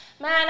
man